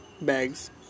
bags